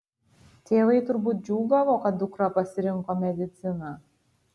tėvai turbūt džiūgavo kad dukra pasirinko mediciną